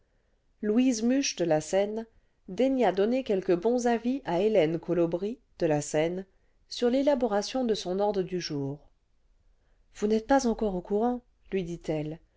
louise muche de la seine daigna donner quelques bons avis à hélène colôbry de la seine sur l'élaboration de son ordre du jour ce vous n'êtes pas encore au courant lui dit-elle